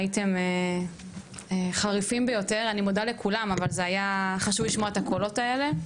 הייתם חריפים ביותר וזה היה חשוב לשמוע את הקולות האלה.